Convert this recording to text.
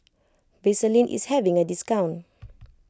Vaselin is having a discount